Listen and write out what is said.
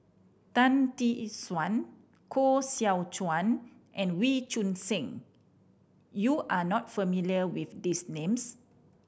Tan Tee Suan Koh Seow Chuan and Wee Choon Seng you are not familiar with these names